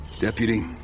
Deputy